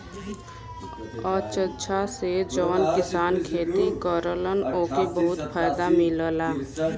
अचछा से जौन किसान खेती करलन ओके बहुते फायदा मिलला